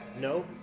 no